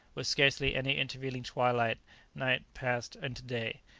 with scarcely any intervening twilight night passed into day.